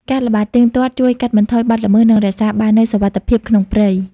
ការល្បាតទៀងទាត់ជួយកាត់បន្ថយបទល្មើស និងរក្សាបាននូវសុវត្ថិភាពក្នុងព្រៃ។